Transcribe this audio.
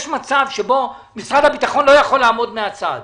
יש מצב שבו משרד הביטחון לא יכול לעמוד מהצד.